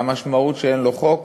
והמשמעות שאין לו חוק